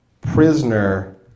prisoner